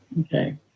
okay